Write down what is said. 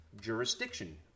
jurisdiction